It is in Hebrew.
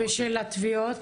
ושל התביעות?